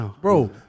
Bro